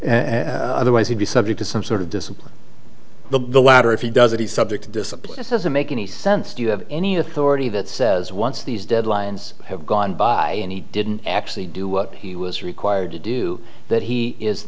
another way he'd be subject to some sort of discipline the latter if he doesn't he's subject to discipline doesn't make any sense do you have any authority that says once these deadlines have gone by and he didn't actually do what he was required to do that he is